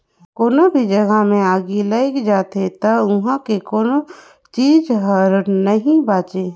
कोनो भी जघा मे आगि लइग जाथे त उहां के कोनो चीच हर नइ बांचे